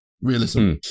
Realism